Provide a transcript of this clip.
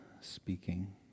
speaking